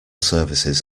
services